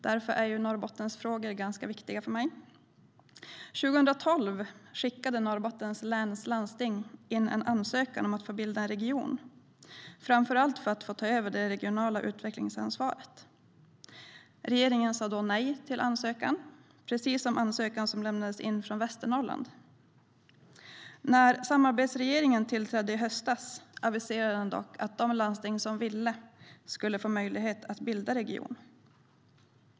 Därför är Norrbottensfrågor ganska viktiga för mig. År 2012 skickade Norrbottens läns landsting in en ansökan om att få bilda en region, framför allt för att få ta över det regionala utvecklingsansvaret. Regeringen svarade nej på ansökan, precis som för den ansökan som lämnades in från Västernorrland. När samarbetsregeringen tillträdde i höstas aviserade man dock att de landsting som ville skulle få möjlighet att bilda region.